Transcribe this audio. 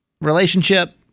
relationship